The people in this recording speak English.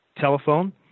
Telephone